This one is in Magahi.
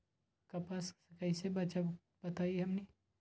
कपस से कईसे बचब बताई हमनी के?